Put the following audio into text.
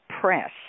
press